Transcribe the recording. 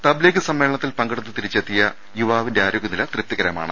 തബ് league സമ്മേളനത്തിൽ പങ്കെടുത്ത് തിരിച്ചെത്തിയ യുവാവിന്റെ ആരോഗ്യനില തൃപ്തികരമാണ്